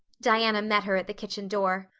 diana met her at the kitchen door.